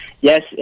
Yes